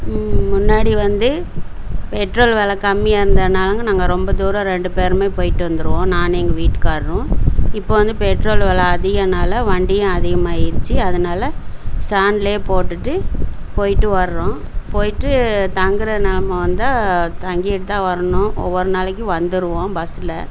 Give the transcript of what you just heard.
முன்னாடி வந்து பெட்ரோல் விலை கம்மியாக இருந்தனால் தாங்க நாங்கள் ரொம்ப தூரம் ரெண்டு பேருமே போய்விட்டு வந்துடுவோம் நான் எங்கள் வீட்டுக்காரரும் இப்போது வந்து பெட்ரோல் விலை அதிகன்னால வண்டியும் அதிகமாகிருச்சி அதனால ஸ்டாண்ட்டிலே போட்டுவிட்டு போய்விட்டு வர்றோம் போய்விட்டு தங்கிற நிலைம வந்தால் தங்கிவிட்டு தான் வரணும் ஒவ்வொரு நாளைக்கு வந்துடுவோம் பஸ்ஸில்